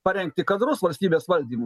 parengti kadrus valstybės valdymu